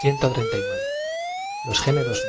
siado sutiles os géneros